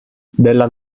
della